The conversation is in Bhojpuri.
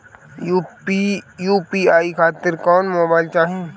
यू.पी.आई खातिर कौन मोबाइल चाहीं?